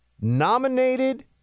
nominated